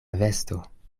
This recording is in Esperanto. vesto